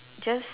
just